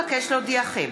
התשע"ח 2017,